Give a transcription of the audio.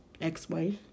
ex-wife